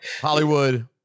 Hollywood